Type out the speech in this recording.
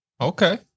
okay